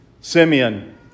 Simeon